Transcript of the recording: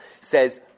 says